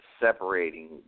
separating